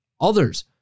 others